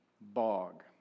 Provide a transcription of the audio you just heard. bog